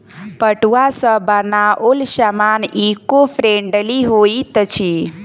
पटुआ सॅ बनाओल सामान ईको फ्रेंडली होइत अछि